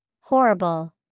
Horrible